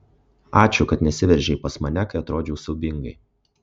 ačiū kad nesiveržei pas mane kai atrodžiau siaubingai